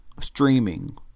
streaming